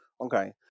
okay